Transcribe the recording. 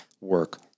work